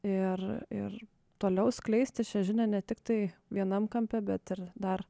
ir ir toliau skleisti šią žinią ne tiktai vienam kampe bet ir dar